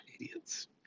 Idiots